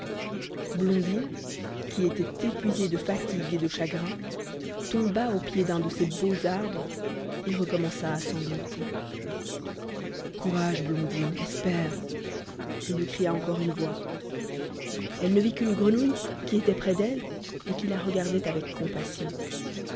blondine qui était épuisée de fatigue et de chagrin tomba au pied d'un de ces beaux arbres et recommença à sangloter courage blondine espère lui cria encore une voix elle ne vit qu'une grenouille qui était près d'elle et qui la regardait avec compassion